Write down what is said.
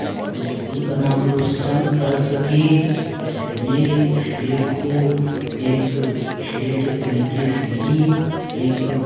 अपने स्कूल का नाम रौशन कर सके इसलिए खेल को एक खेल के तरीके से नहीं एक